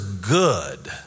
good